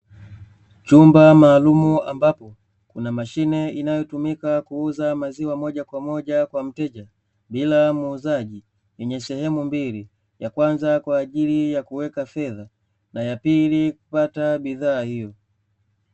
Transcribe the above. Chumba maalaum ambapo kuna mashine, inatumika kuuzia maziwa moja kwa moja kwa mteja bila muuzaji, yenye sehemu mbili, yakwanza kwaajili ya kuweka fedha na yapili kupata bidhaa hiyo.